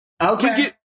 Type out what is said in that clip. Okay